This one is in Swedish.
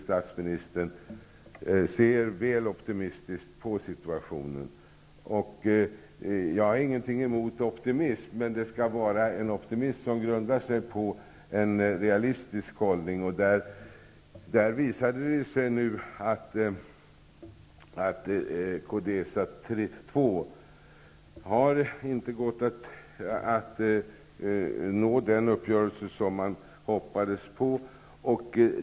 statsministern, ser man över huvud taget väl optimistiskt på situationen. Jag har ingenting emot optimism, men det skall vara en optimism som grundar sig på en realistisk hållning. Det visade sig nu att Codesa 2 inte har kunnat nå den uppgörelse som man hoppades på.